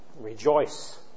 rejoice